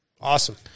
Awesome